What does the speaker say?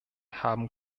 haben